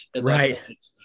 Right